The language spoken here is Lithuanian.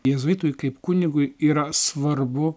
jėzuitui kaip kunigui yra svarbu